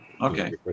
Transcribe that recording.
Okay